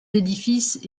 édifices